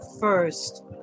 first